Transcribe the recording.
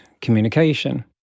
communication